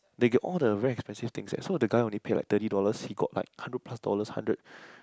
they get all the very expensive things eh so the guy only pay like thirty dollars he got like hundred plus dollars hundred